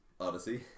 odyssey